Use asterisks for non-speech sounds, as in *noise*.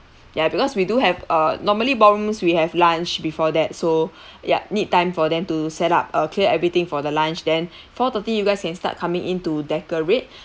ya because we do have uh normally ballrooms we have lunch before that so *breath* yup need time for them to set up uh clear everything for the lunch then *breath* four thirty you guys can start coming in to decorate